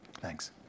Thanks